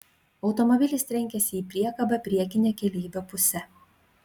automobilis trenkėsi į priekabą priekine keleivio puse